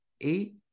eight